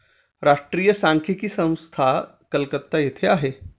राष्ट्रीय सांख्यिकी संस्था कलकत्ता येथे आहे